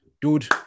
dude